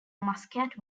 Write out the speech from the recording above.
muscat